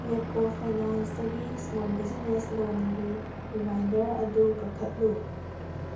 ꯔꯦꯞꯀꯣ ꯐꯥꯏꯅꯥꯟꯁꯇꯒꯤ small business ꯂꯣꯟꯒꯤ reminder ꯑꯗꯨ ꯀꯛꯊꯠꯂꯨ